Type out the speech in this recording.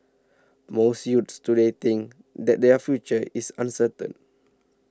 most youths today think that their future is uncertain